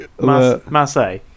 Marseille